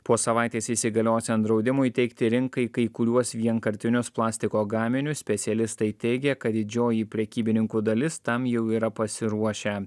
po savaitės įsigaliosiant draudimui teikti rinkai kai kuriuos vienkartinius plastiko gaminius specialistai teigia kad didžioji prekybininkų dalis tam jau yra pasiruošę